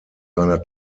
seiner